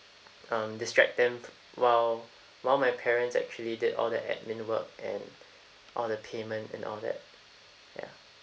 um distract them while while my parents actually did all the admin work and all the payment and all that ya